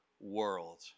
world